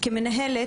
כמנהלת,